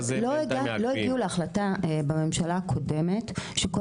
לא הגיעו להחלטה בממשלה הקודמת שכל